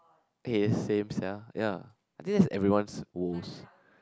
eh same sia ya I think that's everyone's woes